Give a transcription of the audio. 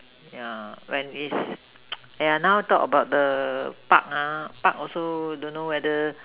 yeah when is !aiya! now talk about the Park ah Park also don't know whether